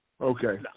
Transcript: Okay